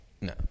no